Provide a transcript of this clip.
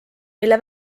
mille